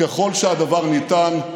ככל שהדבר ניתן,